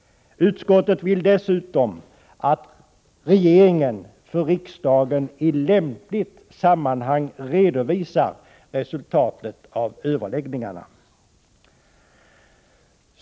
Utskottet vill dessutom att regeringen för riksdagen i lämpligt sammanhang redovisar resultatet av överläggningarna.